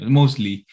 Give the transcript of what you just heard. mostly